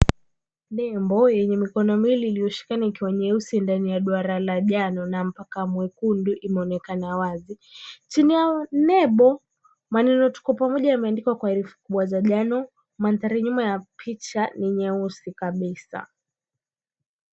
Nembo yenye mikono miwili iliyoshikana ikiwa nyeusi ndani ya duara la njano na mpaka mwekundu imeonekana wazi. Chini ya nembo, maneno tuko pamoja yameandikwa kwa herufi kubwa za njano, mandhari nyuma ya picha ni nyeusi kabisa.